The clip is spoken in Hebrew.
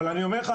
אבל אני אומר לך,